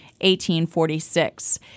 1846